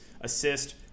Assist